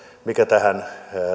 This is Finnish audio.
mikä